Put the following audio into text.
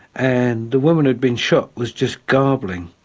and the woman who'd been shot was just garbling,